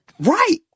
right